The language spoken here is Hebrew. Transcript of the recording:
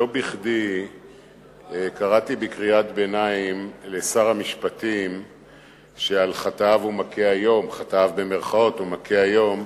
לא בכדי קראתי בקריאת ביניים לשר המשפטים שעל "חטאיו" הוא מכה היום,